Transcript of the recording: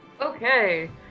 Okay